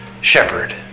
shepherd